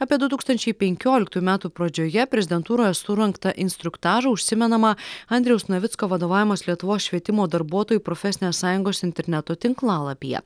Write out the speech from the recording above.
apie du tūkstančiai penkioliktųjų metų pradžioje prezidentūroje surengtą instruktažą užsimenama andriaus navicko vadovaujamos lietuvos švietimo darbuotojų profesinės sąjungos interneto tinklalapyje